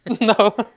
No